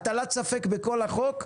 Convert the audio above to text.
הטלת ספק בכל החוק,